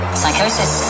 psychosis